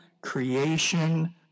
creation